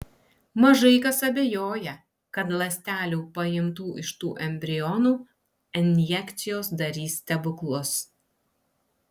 mažai kas abejoja kad ląstelių paimtų iš tų embrionų injekcijos darys stebuklus